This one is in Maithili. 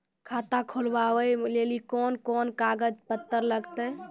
खाता खोलबाबय लेली कोंन कोंन कागज पत्तर लगतै?